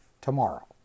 tomorrow